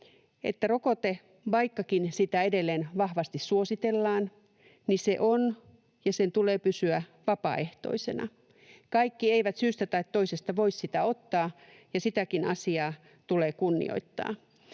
että rokote, vaikkakin sitä edelleen vahvasti suositellaan, on vapaaehtoinen ja sen tulee sellaisena pysyä. Kaikki eivät syystä tai toisesta voi sitä ottaa, ja sitäkin asiaa tulee kunnioittaa.